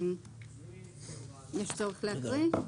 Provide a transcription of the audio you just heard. יש צורך להקריא?